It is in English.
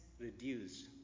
reduced